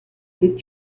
دید